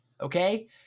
Okay